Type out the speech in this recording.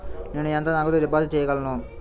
నేను ఎంత నగదు డిపాజిట్ చేయగలను?